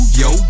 yo